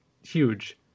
huge